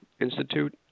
Institute